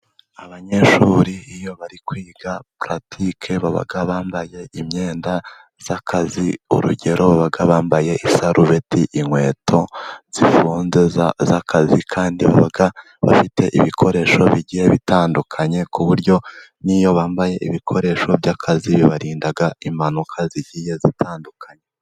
Abanyeshuri iyo bari kwiga puratike, baba bambaye imyenda y'akazi urugero baba bambaye isarubeti, inkweto zifunze z'akazi, kandi baba bafite ibikoresho bigiye bitandukanye, ku buryo n'iyo bambaye ibikoresho by'akazi bibarinda impanuka zigiye zitandukanye.